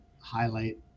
highlight